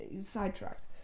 sidetracked